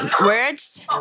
words